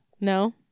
No